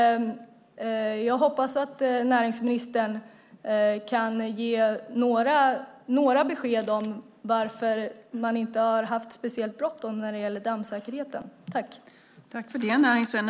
Jag hoppas att näringsministern kan ge besked om varför man inte haft speciellt bråttom i fråga om dammsäkerheten.